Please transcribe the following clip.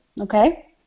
Okay